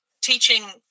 teaching